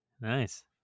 Nice